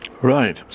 Right